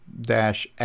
dash